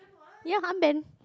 ya armband